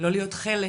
לא להיות חלק